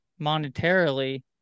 monetarily